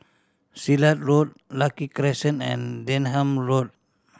Silat Road Lucky Crescent and Denham Road